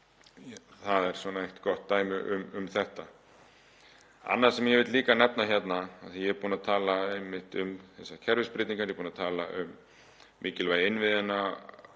Það er eitt gott dæmi um þetta. Annað sem ég vil líka nefna hérna, af því ég er búinn að tala um þessar kerfisbreytingar, er búinn að tala um mikilvægi innviðanna,